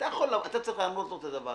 אתה יכול להגיד לו: אדוני,